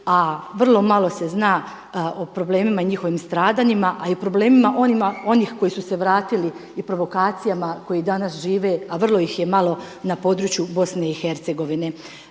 A vrlo malo se zna o problemima i njihovim stradanjima, a i o problemima onih koji su se vratili i provokacijama koji danas žive, a vrlo ih je malo na području BiH.